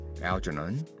Algernon